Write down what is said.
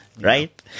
Right